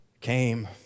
came